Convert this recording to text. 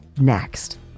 next